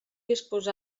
dispost